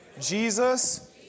Jesus